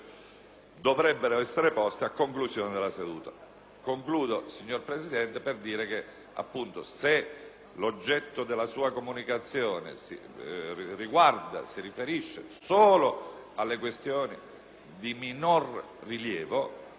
se ad inizio o a conclusione della seduta. Concludo, signor Presidente, per dire che se l'oggetto della sua comunicazione si riferisce solo alle questioni di minor rilievo,